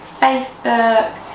Facebook